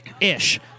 Ish